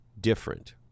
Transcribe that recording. different